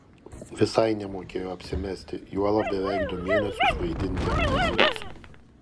visai nemokėjo apsimesti juolab beveik du mėnesius vaidinti amnezijos